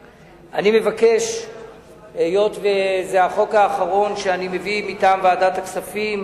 היות שזה החוק האחרון שאני מביא מטעם ועדת הכספים